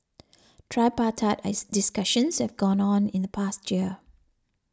tripartite as discussions have gone on in the past year